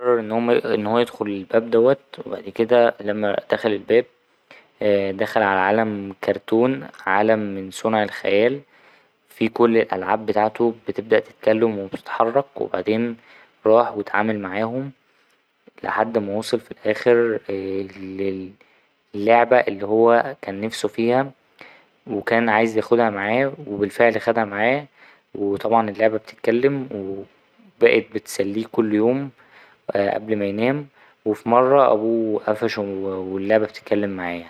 قرر إن هما ـ هو يدخل الباب دوت وبعد كده لما دخل الباب دخل على عالم كرتون عالم من صنع الخيال فيه كل الألعاب بتاعته بتبدأ تتكلم وبتتحرك وبعدين راح وإتعامل معاهم لحد ما وصل في الأخر للـ ـ لعبة اللي هو كان نفسه فيها وكان عايز ياخدها معاه وبالفعل خدها معاه وطبعا اللعبة بتتكلم وبقت بتسليه كل يوم قبل ما ينام وفي مرة أبوه قفشه واللعبة بتتكلم معاه يعني